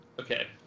okay